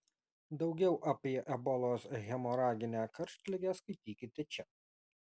daugiau apie ebolos hemoraginę karštligę skaitykite čia